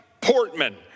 Portman